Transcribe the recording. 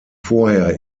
vorher